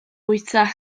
bwyta